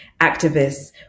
activists